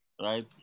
right